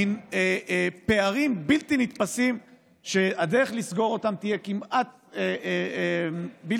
מין פערים בלתי נתפסים שהדרך לסגור אותם תהיה כמעט בלתי